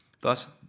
Thus